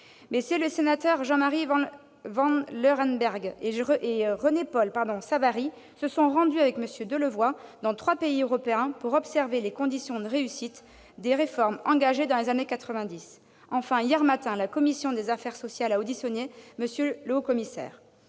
les sénateurs Jean-Marie Vanlerenberghe et René-Paul Savary se sont rendus avec M. Delevoye dans trois pays européens pour observer les « conditions de réussite » des réformes engagées dans les années quatre-vingt-dix. Enfin, hier matin, la commission des affaires sociales a auditionné M. le haut-commissaire.